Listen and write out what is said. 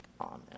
Amen